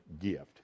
gift